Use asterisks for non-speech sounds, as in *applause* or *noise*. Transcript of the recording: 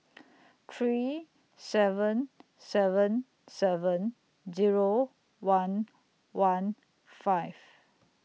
*noise* three seven seven seven Zero one one five